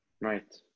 Right